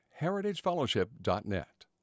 heritagefellowship.net